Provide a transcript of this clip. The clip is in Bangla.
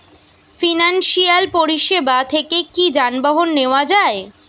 ফিনান্সসিয়াল পরিসেবা থেকে কি যানবাহন নেওয়া যায়?